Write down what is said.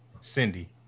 Cindy